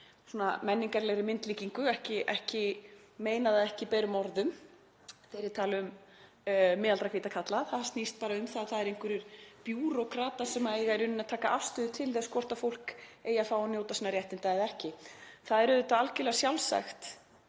menningarlega myndlíkingu, ég meina það ekki berum orðum þegar ég tala um miðaldra hvíta kalla. Það snýst bara um það að það eru einhverjir bírókratar sem eiga í rauninni að taka afstöðu til þess hvort fólk eigi að fá að njóta sinna réttinda eða ekki. Það er auðvitað algerlega sjálfsagt